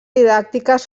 didàctiques